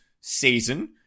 season